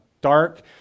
dark